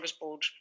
board